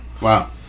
wow